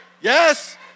yes